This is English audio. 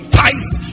tithe